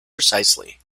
precisely